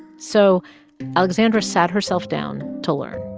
so alexandra sat herself down to learn.